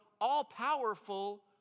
all-powerful